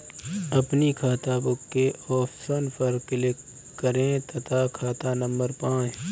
अपनी खाताबुक के ऑप्शन पर क्लिक करें तथा खाता नंबर पाएं